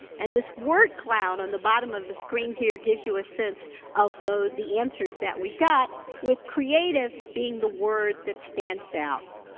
and this word cloud on the bottom of the screen here gives you a sense of the the answers that we got with creative being the word that stands out,